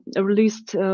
released